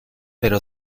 pero